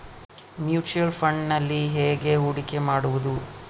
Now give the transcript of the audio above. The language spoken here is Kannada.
ಮ್ಯೂಚುಯಲ್ ಫುಣ್ಡ್ನಲ್ಲಿ ಹೇಗೆ ಹೂಡಿಕೆ ಮಾಡುವುದು?